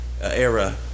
era